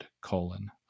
colon